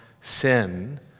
sin